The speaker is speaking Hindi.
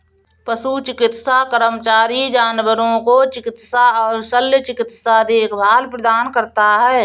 पशु चिकित्सा कर्मचारी जानवरों को चिकित्सा और शल्य चिकित्सा देखभाल प्रदान करता है